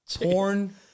Porn